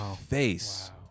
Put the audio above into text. face